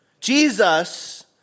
Jesus